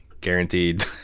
Guaranteed